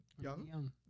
Young